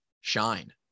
shine